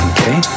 Okay